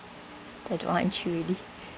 then don't like to chew already